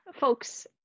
folks